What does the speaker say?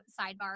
sidebar